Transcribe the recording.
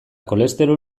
kolesterol